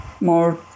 more